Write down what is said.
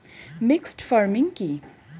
Mixed farming কি?